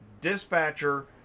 dispatcher